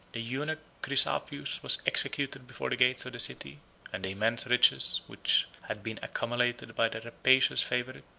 the eunuch chrysaphius was executed before the gates of the city and the immense riches which had been accumulated by the rapacious favorite,